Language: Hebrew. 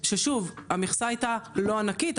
כששוב המכסה הייתה לא ענקית,